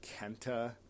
Kenta